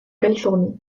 californie